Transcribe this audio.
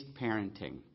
Parenting